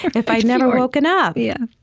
if i'd never woken up. yeah